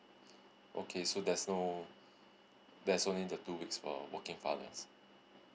okay so there's no there's only the two weeks for working fathers